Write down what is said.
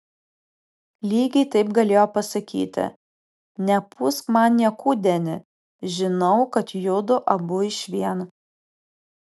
lygiai taip galėjo pasakyti nepūsk man niekų deni žinau kad judu abu išvien